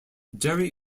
jerry